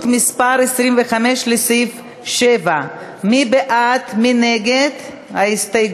מס' 25 לסעיף 7. מי בעד ומי נגד ההסתייגות?